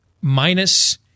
minus